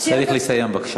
צריך לסיים, בבקשה.